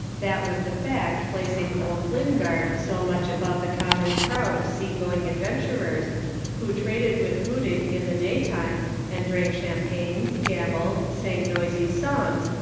that was the fact placing old lingard so much above the common crowd of sea-going adventurers who traded with hudig in the daytime and drank champagne, gambled, sang noisy songs,